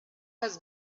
has